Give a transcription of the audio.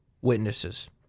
witnesses